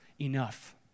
enough